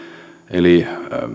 eli